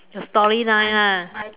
the story line ah